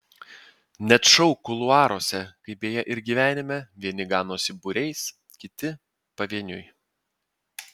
net šou kuluaruose kaip beje ir gyvenime vieni ganosi būriais kiti pavieniui